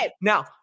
Now